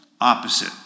opposite